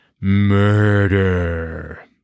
murder